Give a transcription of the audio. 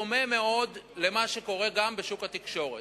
בדומה מאוד למה שקורה גם בשוק התקשורת.